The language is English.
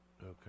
Okay